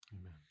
Amen